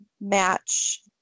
match